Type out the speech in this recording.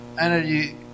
energy